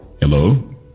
hello